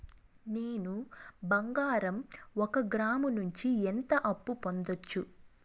నేను బంగారం ఒక గ్రాము నుంచి ఎంత అప్పు పొందొచ్చు